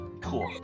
Cool